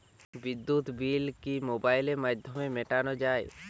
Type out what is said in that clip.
বিদ্যুৎ বিল কি মোবাইলের মাধ্যমে মেটানো য়ায়?